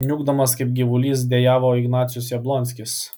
niūkdamas kaip gyvulys dejavo ignacius jablonskis